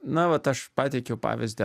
na vat aš pateikiau pavyzdį